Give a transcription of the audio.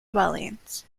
dwellings